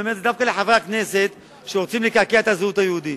אני אומר את זה דווקא לחברי הכנסת שרוצים לקעקע את הזהות היהודית.